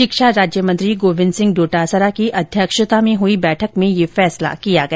शिक्षा राज्य मंत्री गोविंद सिंह डोटासरा की अध्यक्षता में हुई बैठक में यह फैसला किया गया